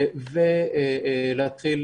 ולהתחיל